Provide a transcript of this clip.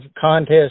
contest